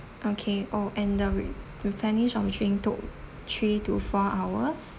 okay oh and the re~ replenish of drink took three to four hours